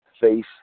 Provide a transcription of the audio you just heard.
face